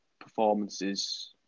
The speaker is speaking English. performances